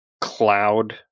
Cloud